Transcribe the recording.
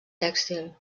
tèxtil